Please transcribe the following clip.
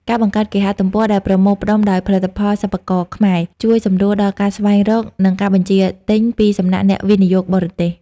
ការបង្កើតគេហទំព័រដែលប្រមូលផ្ដុំដោយផលិតផលសិប្បករខ្មែរ ជួយសម្រួលដល់ការស្វែងរក និងការបញ្ជាទិញពីសំណាក់អ្នកវិនិយោគបរទេស។